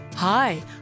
Hi